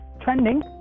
trending